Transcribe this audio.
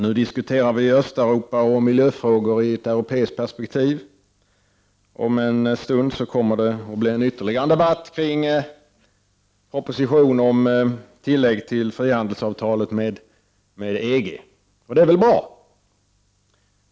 Nu diskuterar vi Östeuropa och miljöfrågor i ett europeiskt perspektiv. Om en stund kommer det att bli ytterligare en debatt kring propositionen om tillägg till frihandelsavtalet med EG. Det är väl bra.